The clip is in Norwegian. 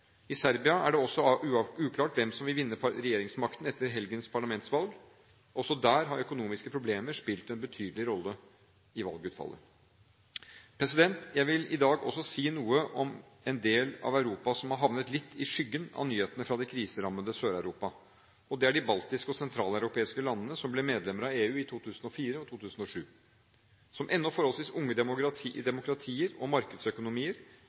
I Serbia er det også uklart hvem som vil vinne regjeringsmakten etter helgens parlamentsvalg. Også der har økonomiske problemer spilt en betydelig rolle for valgutfallet. Jeg vil i dag også si noe om en del av Europa som har havnet litt i skyggen av nyhetene fra det kriserammede Sør-Europa, og det er de baltiske og sentraleuropeiske landene, som ble medlemmer av EU i 2004 og 2007. Som ennå forholdsvis unge demokratier og markedsøkonomier